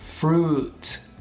fruit